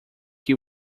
que